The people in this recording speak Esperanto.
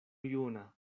juna